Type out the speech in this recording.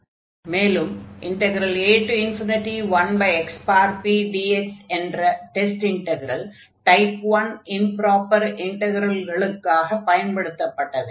மேலும் a1xpdx என்ற test integral type 1 improper இன்டக்ரல்களுக்காக பயன்படுத்தப்பட்டது